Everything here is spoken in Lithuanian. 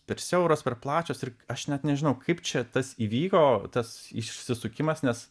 per siauros per plačios ir aš net nežinau kaip čia tas įvyko tas išsisukimas nes